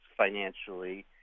financially